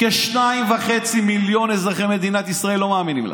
כ-2.5 מיליון אזרחי מדינת ישראל לא מאמינים לכם,